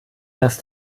dass